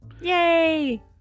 Yay